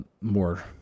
more